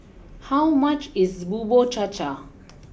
how much is Bubur Cha Cha